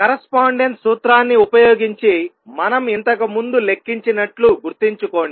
correspondence సూత్రాన్ని ఉపయోగించి మనం ఇంతకుముందు లెక్కించినట్లు గుర్తుంచుకోండి